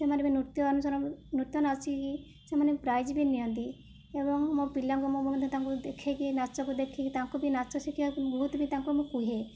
ସେମାନେ ବି ନୃତ୍ୟ ଅନୁସରଣ ନୃତ୍ୟ ନାଚିକି ସେମାନେ ପ୍ରାଇଜ ବି ନିଅନ୍ତି ଏବଂ ମୋ ପିଲାଙ୍କୁ ମୁଁ ମଧ୍ୟ ତାଙ୍କୁ ଦେଖାଇକି ନାଚକୁ ଦେଖିକି ତାଙ୍କୁ ବି ନାଚ ଶିଖିବାକୁ ବହୁତ ବି ତାଙ୍କୁ ମୁଁ କୁହେ